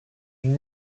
une